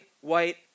white